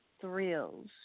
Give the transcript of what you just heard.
thrills